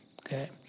okay